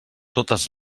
totes